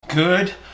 Good